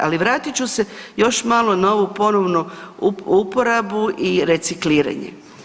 Ali, vratit ću se još malo na ovu ponovnu uporabu i recikliranje.